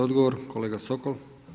Odgovor kolega Sokol.